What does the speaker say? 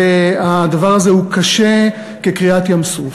והדבר הזה קשה כקריעת ים-סוף.